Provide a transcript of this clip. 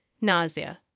nausea